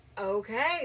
Okay